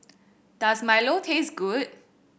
does milo taste good